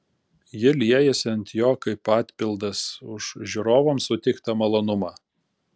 ji liejasi ant jo kaip atpildas už žiūrovams suteiktą malonumą